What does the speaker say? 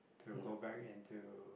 to go back into